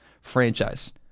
franchise